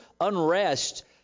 unrest